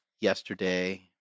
yesterday